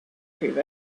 prove